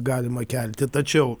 galima kelti tačiau